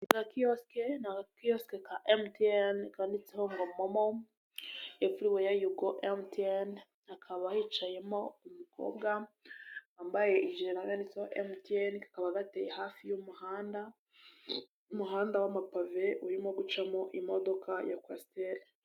Agakiyosike ni agakiyosike ka MTN, kanditseho ngo "Momo everywhere you go MTN", hakaba hicayemo umukobwa wambaye jire yanditseho MTN, akaba gateye hafi y'umuhanda, umuhanda w'amapave urimo gucamo imodoka ya kwasiteri.